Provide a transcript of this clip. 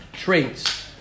Traits